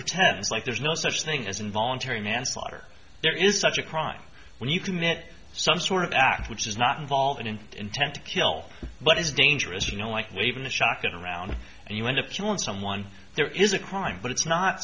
pretends like there's no such thing as involuntary manslaughter there is such a crime when you commit some sort of act which is not involved in intent to kill but it's dangerous you know like leaving the shock it around and you end up killing someone there is a crime but it's not